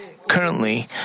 Currently